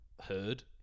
heard